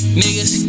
niggas